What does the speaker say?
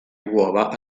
uova